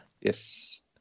Yes